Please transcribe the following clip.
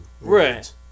Right